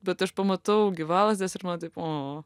bet aš pamatau gyvalazdes ir man taip o